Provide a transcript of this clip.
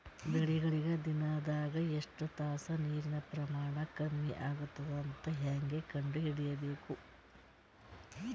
ಬೆಳಿಗಳಿಗೆ ದಿನದಾಗ ಎಷ್ಟು ತಾಸ ನೀರಿನ ಪ್ರಮಾಣ ಕಮ್ಮಿ ಆಗತದ ಅಂತ ಹೇಂಗ ಕಂಡ ಹಿಡಿಯಬೇಕು?